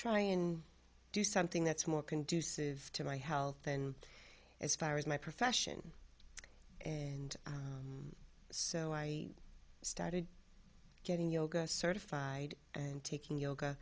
try and do something that's more conducive to my health and as far as my profession and so i started getting yoga certified and taking yoga